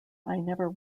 never